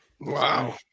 Wow